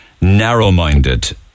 narrow-minded